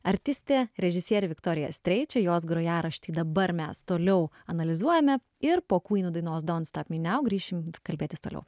artistė režisierė viktorija streičė jos grojaraštį dabar mes toliau analizuojame ir po kuino dainos dont stop mi nau grįšim kalbėtis toliau